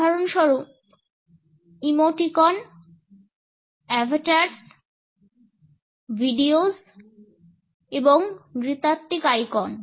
উদাহরণস্বরূপ ইমোটিকন অবতার ভিডিও এবং নৃতাত্ত্বিক আইকন